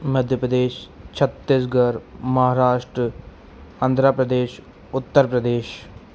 Madhya Pradesh Chhattisgarh Maharashtra Andhra Pradesh Uttar Pradesh